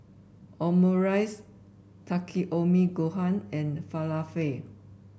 Omurice Takikomi Gohan and Falafel